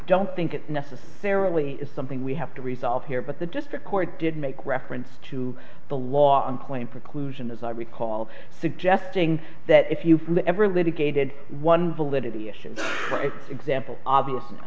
don't think it necessarily is something we have to resolve here but the district court did make reference to the law in plain preclusion as i recall suggesting that if you've ever litigated one validity of example obviously